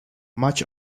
much